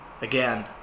again